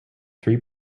three